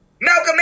Malcolm